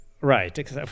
Right